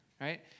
right